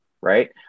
right